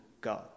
God